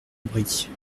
brie